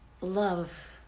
love